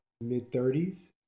mid-30s